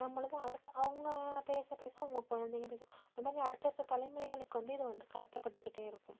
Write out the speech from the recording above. நம்மளது அடுத்த அவங்க பேச பேச அவங்க குழந்தைங்க பேசும் அந்தமாதிரி அடுத்தடுத்த தலைமுறைகளுக்கு வந்து இதுவந்து கடத்தப்பட்டுக்கிட்டே இருக்கும்